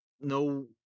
no